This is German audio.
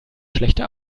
schlechte